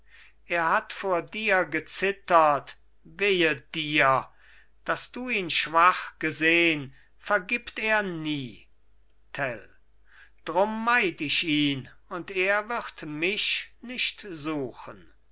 er hat vor dir gezittert wehe dir dass du ihn schwach gesehn vergibt er nie tell drum meid ich ihn und er wird mich nicht suchen